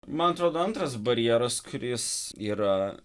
man atrodo antras barjeras kuris yra